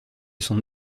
son